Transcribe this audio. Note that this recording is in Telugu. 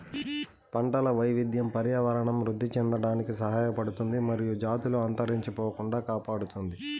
పంటల వైవిధ్యం పర్యావరణం వృద్ధి చెందడానికి సహాయపడుతుంది మరియు జాతులు అంతరించిపోకుండా కాపాడుతుంది